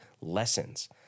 lessons